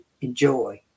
Enjoy